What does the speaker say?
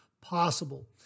possible